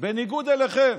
בניגוד אליכם,